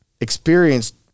experienced